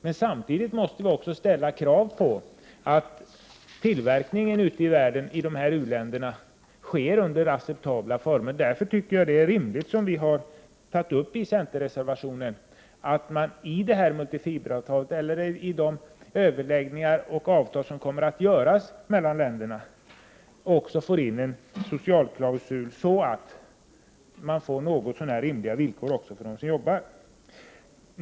Men samtidigt måste vi också kräva att tillverkningen i u-länderna sker i acceptabla former. Därför tycker jag att resonemanget i centerpartireservationen är rimligt, nämligen att man i de avtal som kommer att träffas mellan länderna också får in en socialklausul, som medför något så när rimliga villkor också för dem som arbetar.